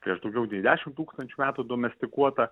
prieš daugiau nei dešimt tūkstančių metų domestikuota